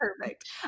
Perfect